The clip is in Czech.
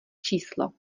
číslo